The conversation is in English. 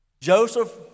Joseph